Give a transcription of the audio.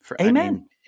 Amen